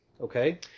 Okay